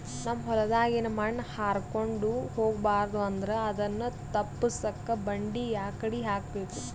ನಮ್ ಹೊಲದಾಗಿನ ಮಣ್ ಹಾರ್ಕೊಂಡು ಹೋಗಬಾರದು ಅಂದ್ರ ಅದನ್ನ ತಪ್ಪುಸಕ್ಕ ಬಂಡಿ ಯಾಕಡಿ ಹಾಕಬೇಕು?